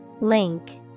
Link